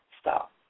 Stop